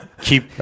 keep